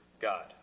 God